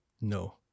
no